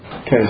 Okay